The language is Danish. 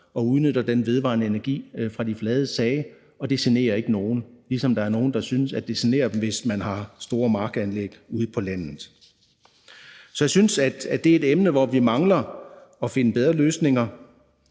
man udnytter den vedvarende energi fra de flade tage. Det generer ikke nogen, i modsætning til at der er nogle, der synes, at det generer dem, hvis man har store markanlæg ude på landet. Så jeg synes, at det er et emne, hvor vi mangler at finde bedre løsninger.